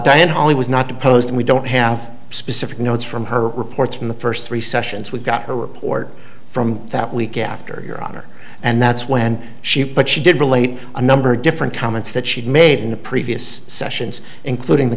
was not to post and we don't have specific notes from her reports from the first three sessions we got her report from that week after your honor and that's when she but she did relate a number of different comments that she'd made in the previous sessions including the